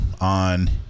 on